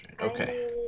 Okay